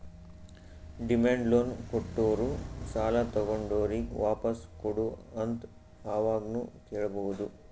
demand loan ಕೊಟ್ಟೋರು ಸಾಲ ತಗೊಂಡೋರಿಗ್ ವಾಪಾಸ್ ಕೊಡು ಅಂತ್ ಯಾವಾಗ್ನು ಕೇಳ್ಬಹುದ್